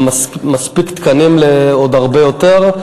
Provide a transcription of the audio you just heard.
עם מספיק תקנים לעוד הרבה יותר,